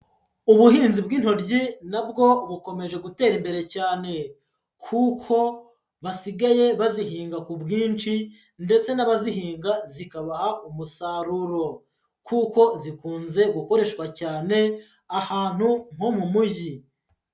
Ubuhinzi bw'intoryo nabwo bukomeje gutera imbere cyane, kuko basigaye bazihinga ku bwinshi ndetse n'abazihinga kikabaha umusaruro, kuko zikunze gukoreshwa cyane ahantu nko mu mujyi.